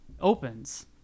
opens